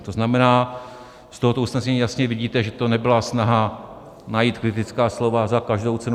To znamená, z tohoto usnesení jasně vidíte, že to nebyla snaha najít kritická slova za každou cenu.